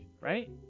right